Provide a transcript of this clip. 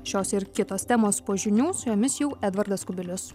šios ir kitos temos po žinių su jomis jau edvardas kubilius